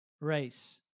race